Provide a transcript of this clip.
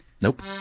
Nope